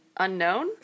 unknown